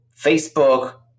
Facebook